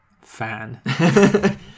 fan